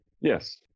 Yes